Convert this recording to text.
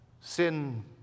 Sin